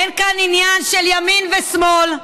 אין כאן עניין של ימין ושמאל.